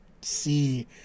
see